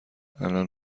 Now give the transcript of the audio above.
الان